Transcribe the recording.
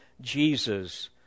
Jesus